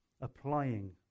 applying